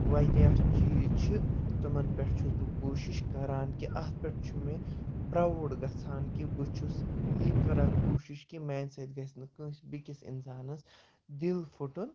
واریاہ چیٖز چھِ تِمَن پٮ۪ٹھ چھُس بہٕ کوٗشِش کَران کہِ اَتھ پٮ۪ٹھ چھُ مےٚ پرٛاوُڈ گَژھان کہِ بہٕ چھُس یہِ کَران کوٗشِش کہِ میٛانہِ سۭتۍ گَژھِ نہٕ کٲنٛسہِ بیٚکِس اِنسانَس دِل پھُٹُن